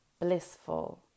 blissful